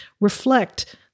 reflect